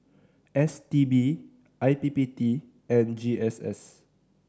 S T B I D P T and G S S